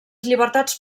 llibertats